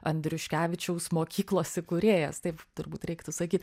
andriuškevičiaus mokyklos įkūrėjas taip turbūt reiktų sakyt